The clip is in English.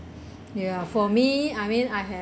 ya for me I mean I have